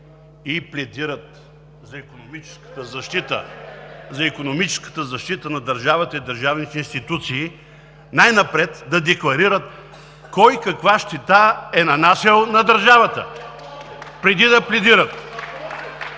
и пледират за икономическата защита на държавата и държавните институции, най-напред да декларират кой каква щета е нанасял на държавата преди да пледират.